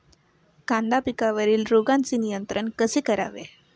कांदा पिकावरील रोगांचे नियंत्रण कसे करावे?